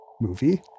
movie